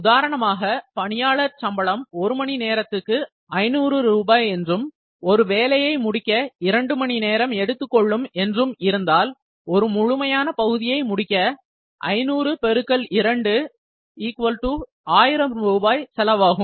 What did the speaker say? உதாரணமாக பணியாளர் சம்பளம் ஒரு மணி நேரத்துக்கு 500 ரூபாய் என்றும் ஒரு வேலையை முடிக்க இரண்டு மணி நேரம் எடுத்துக்கொள்ளும் என்றும் இருந்தால் ஒரு முழுமையான பகுதியை முடிக்க 500 x 2 1000 ரூபாய் செலவாகும்